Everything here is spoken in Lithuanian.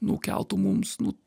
nu keltų mums nu